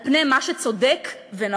על פני מה שצודק ונכון.